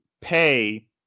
pay